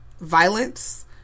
violence